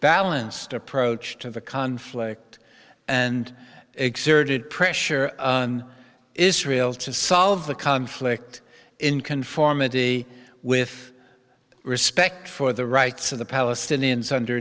balanced approach to the conflict and exerted pressure on israel to solve the conflict in conformity with respect for the rights of the palestinians under